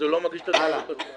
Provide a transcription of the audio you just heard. אז הוא לא מגיש את הדוחות בזמן.